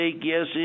Yes